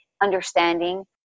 understanding